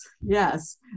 Yes